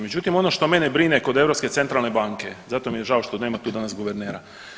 Međutim, ono što mene brine kod Europske centralne banke, zato mi je žao što nema tu danas guvernera.